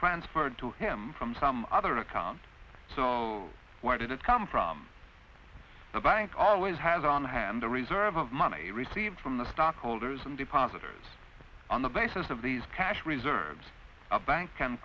transferred to him from some other account so why did it come from the bank always has on hand a reserve of money received from the start holders and deposited on the basis of these cash reserves a bank can